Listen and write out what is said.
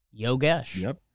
Yogesh